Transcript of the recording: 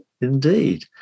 Indeed